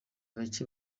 bake